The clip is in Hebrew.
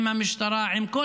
עם המשטרה,